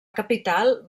capital